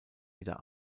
wieder